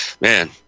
man